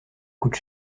coûte